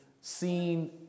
seen